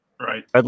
right